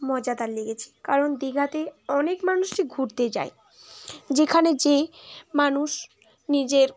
মজাদার লেগেছে কারণ দীঘাতে অনেক মানুষই ঘুরতে যায় যেখানে যেয়ে মানুষ নিজের